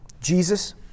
Jesus